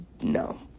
no